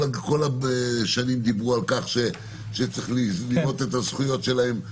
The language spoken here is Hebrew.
כל השנים דיברו על כך שצריך לראות את הזכויות שלהם.